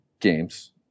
games